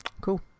Cool